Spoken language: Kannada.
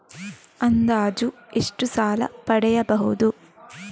ಅಂದಾಜು ಎಷ್ಟು ಸಾಲ ಪಡೆಯಬಹುದು?